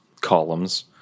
columns